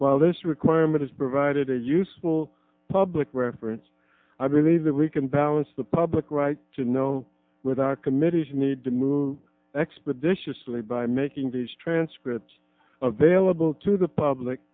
while this requirement is provided a useful public reference i believe that we can balance the public right to know with our committees need to move expeditiously by making these transcripts of vailable to the public